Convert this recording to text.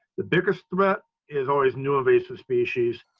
the biggest threat is always new invasive species.